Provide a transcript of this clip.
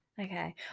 okay